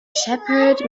shepherd